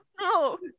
no